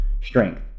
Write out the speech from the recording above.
Strength